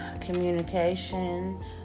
communication